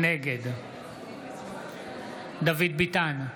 נגד דוד ביטן,